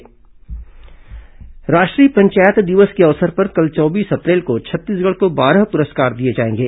राष्ट्रीय प्रस्कार राष्ट्रीय पंचायत दिवस के अवसर पर कल चौबीस अप्रैल को छत्तीसगढ़ को बारह पुरस्कार दिए जाएंगे